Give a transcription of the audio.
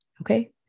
Okay